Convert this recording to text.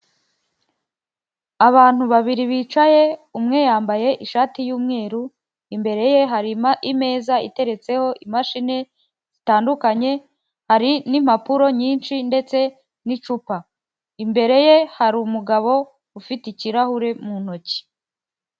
Abantu babiri bicaye umwe yambaye ishati y'umweru imbere ye harimo imeza iteretseho imashini zitandukanye, hari n'impapuro nyinshi ndetse n'icupa imbere ye harimu umugabo ufite ikirahure mu ntoki.